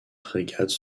frégates